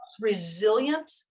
resilient